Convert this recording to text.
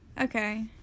okay